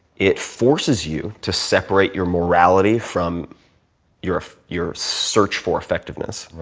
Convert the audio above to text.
it forces you to separate your morality from your your search for effectiveness.